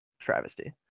travesty